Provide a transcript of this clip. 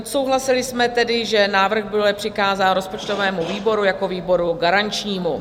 Odsouhlasili jsme tedy, že návrh bude přikázán rozpočtovému výboru jako výboru garančnímu.